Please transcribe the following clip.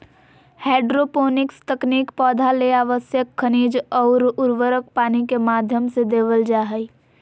hydroponics तकनीक पौधा ले आवश्यक खनिज अउर उर्वरक पानी के माध्यम से देवल जा हई